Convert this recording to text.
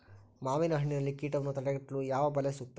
ಮಾವಿನಹಣ್ಣಿನಲ್ಲಿ ಕೇಟವನ್ನು ತಡೆಗಟ್ಟಲು ಯಾವ ಬಲೆ ಸೂಕ್ತ?